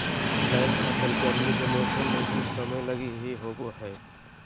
जायद फसल गरमी के मौसम मे कुछ समय लगी ही होवो हय